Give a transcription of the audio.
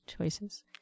choices